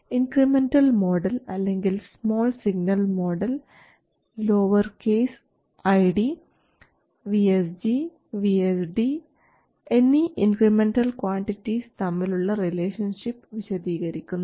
incremental model അല്ലെങ്കിൽ small signal model lower case ID V SG V SD എന്നീ incremental quantities തമ്മിലുള്ള relationship വിശദീകരിക്കുന്നു